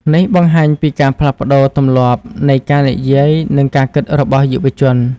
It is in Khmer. នេះបង្ហាញពីការផ្លាស់ប្តូរទម្លាប់នៃការនិយាយនិងការគិតរបស់យុវជន។